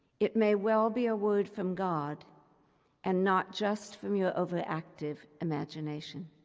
it may well be a word from god and not just from your overactive imagination.